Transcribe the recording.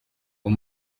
uwo